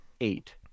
eight